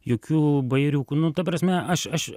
jokių bajeriukų nu ta prasme aš aš